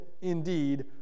indeed